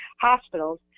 hospitals